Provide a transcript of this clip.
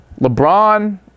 LeBron